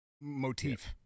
motif